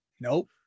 Nope